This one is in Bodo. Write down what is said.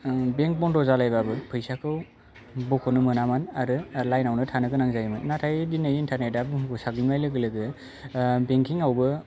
बेंकआव फुंनि आटथा नइथानिफ्राय लाइन थाहैलायनो गोनां जायो जायोमोन आरो खायफाबा